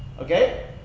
Okay